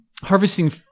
Harvesting